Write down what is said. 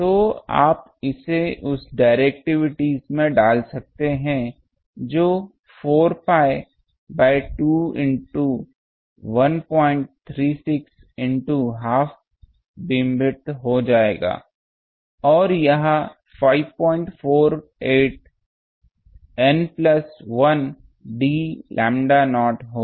तो आप इसे उस डिरेक्टिविटी में डाल सकते हैं जो 4 pi by 2 into 136 into half beamwidth हो जाएगा और यह 548 N plus 1 d lambda naught होगा